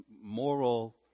moral